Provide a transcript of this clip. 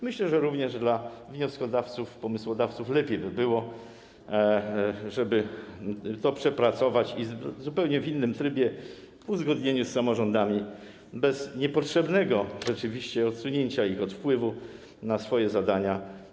Myślę, że również dla wnioskodawców, pomysłodawców lepiej by było, żeby to przepracować i w zupełnie innym trybie procedować nad uzgodnieniem tego z samorządami, bez niepotrzebnego rzeczywiście odsunięcia ich od wpływu na swoje zadania.